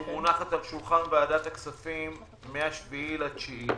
ומונחת על שולחן ועדת הכספים מה-7 בספטמבר.